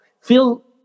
feel